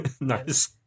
Nice